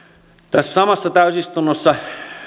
tässä samassa täysistunnossa